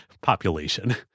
population